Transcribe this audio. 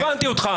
הבנתי אותך.